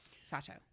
Sato